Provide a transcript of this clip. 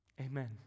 Amen